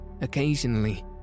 Occasionally